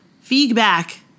feedback